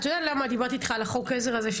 אתה יודע למה דיברתי איתך על חוק העזר הזה,